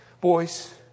boys